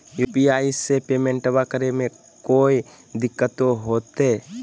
UPI से पेमेंटबा करे मे कोइ दिकतो होते?